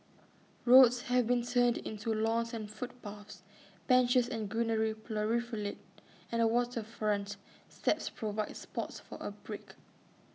roads have been turned into lawns and footpaths benches and greenery proliferate and waterfront steps provide spots for A break